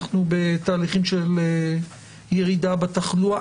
אנחנו בתהליכים של ירידה בתחלואה.